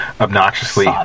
obnoxiously